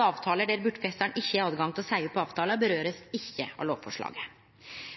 avtaler der bortfestaren ikkje har høve til å seie opp avtala, får lovforslaget ikkje